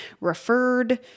referred